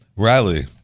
Riley